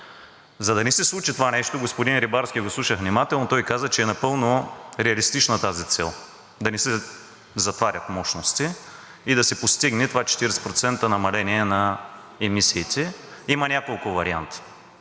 За да не се случи това нещо – господин Рибарски го слушах внимателно, той каза, че е напълно реалистична тази цел да не се затварят мощности и да се постигне това 40% намаление на емисиите, има няколко варианта